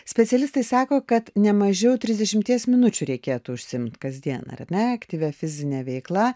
specialistai sako kad ne mažiau trisdešimties minučių reikėtų užsiimt kasdien ar ne aktyvia fizine veikla